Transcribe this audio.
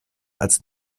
als